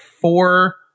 four